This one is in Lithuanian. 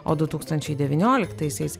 o du tūkstančiai devynioliktaisiais